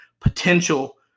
potential